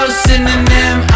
synonym